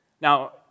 Now